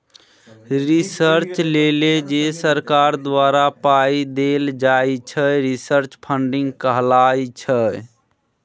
research लेल जे सरकार द्वारा पाइ देल जाइ छै रिसर्च फंडिंग कहाइ छै